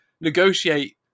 negotiate